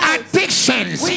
Addictions